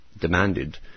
demanded